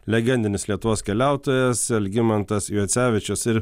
legendinis lietuvos keliautojas algimantas juocevičius ir